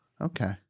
Okay